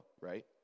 right